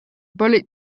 bullet